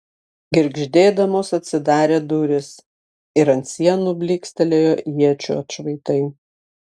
girgždėdamos atsidarė durys ir ant sienų blykstelėjo iečių atšvaitai